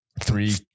Three